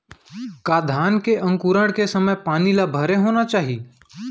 का धान के अंकुरण के समय पानी ल भरे होना चाही?